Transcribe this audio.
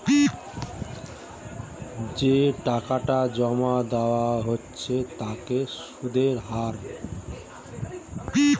যে টাকাটা জমা দেওয়া হচ্ছে তার সুদের হার